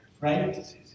right